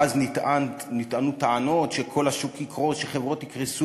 כי יש מי שמנסה לפגוע בדימוי של הביטוח הלאומי כדי להגדיל את רווחיו.